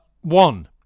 One